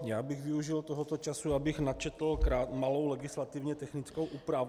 Já bych využil tohoto času, abych načetl malou legislativně technickou úpravu.